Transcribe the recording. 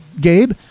Gabe